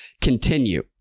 continue